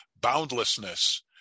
boundlessness